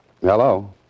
Hello